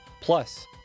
plus